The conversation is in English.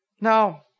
Now